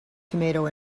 tomato